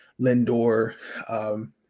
Lindor